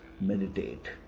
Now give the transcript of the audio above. meditate